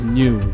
new